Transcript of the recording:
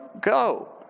go